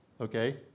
okay